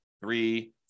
three